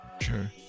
Sure